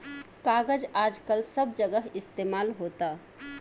कागज आजकल सब जगह इस्तमाल होता